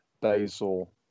basil